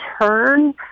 turn